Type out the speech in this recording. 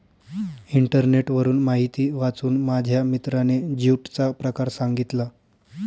इंटरनेटवरून माहिती वाचून माझ्या मित्राने ज्यूटचा प्रकार सांगितला